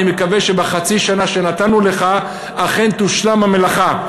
אני מקווה שבחצי השנה שנתנו לך אכן תושלם המלאכה.